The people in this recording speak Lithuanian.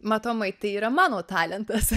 matomai tai yra mano talentas